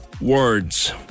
words